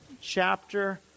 chapter